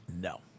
No